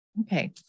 Okay